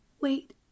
Wait